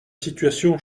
situation